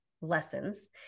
lessons